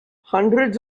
hundreds